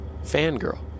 fangirl